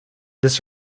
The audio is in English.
this